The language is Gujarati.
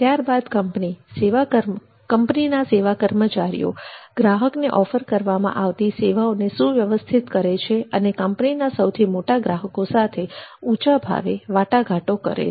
ત્યારબાદ કંપનીના સેવા કર્મચારીઓ ગ્રાહકને ઑફર કરવામાં આવતી સેવાઓને સુવ્યવસ્થિત કરે છે અને કંપનીના સૌથી મોટા ગ્રાહકો સાથે ઊંચા ભાવે વાટાઘાટો કરે છે